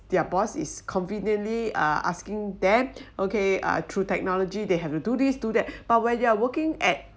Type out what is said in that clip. their boss is conveniently uh asking them okay ah through technology they have to do this do that but when you are working at